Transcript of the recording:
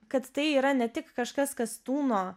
kad tai yra ne tik kažkas kas tūno